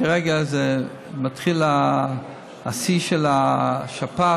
כרגע מתחיל השיא של השפעת,